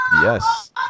Yes